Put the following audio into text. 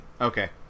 Okay